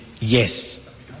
yes